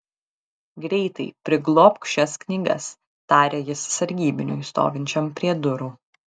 greitai priglobk šias knygas tarė jis sargybiniui stovinčiam prie durų